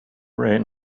reign